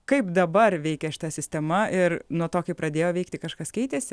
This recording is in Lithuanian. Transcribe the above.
kaip dabar veikia šita sistema ir nuo to kai pradėjo veikti kažkas keitėsi